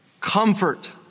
Comfort